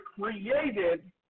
created